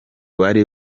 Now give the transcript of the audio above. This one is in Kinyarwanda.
bari